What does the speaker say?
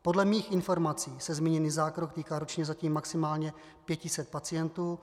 Podle mých informací se zmíněný zákrok týká ročně zatím maximálně 500 pacientů.